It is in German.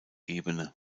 ebene